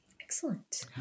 excellent